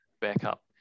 backup